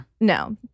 no